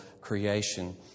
creation